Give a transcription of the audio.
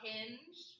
Hinge